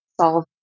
solve